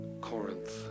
Corinth